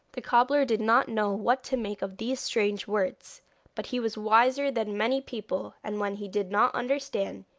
the cobbler did not know what to make of these strange words but he was wiser than many people, and when he did not understand,